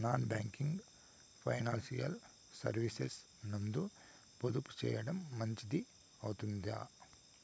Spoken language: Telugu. నాన్ బ్యాంకింగ్ ఫైనాన్షియల్ సర్వీసెస్ నందు పొదుపు సేయడం మంచిది అవుతుందా?